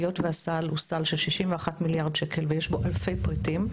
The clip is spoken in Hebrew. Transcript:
היות והסל הוא סל של 61 מיליארד שקל ויש בו אלפי פריטים,